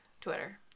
Twitter